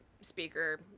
speaker